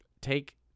take